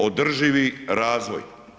Održivi razvoj.